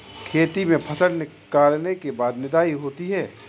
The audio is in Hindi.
खेती में फसल निकलने के बाद निदाई होती हैं?